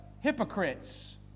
hypocrites